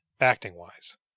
acting-wise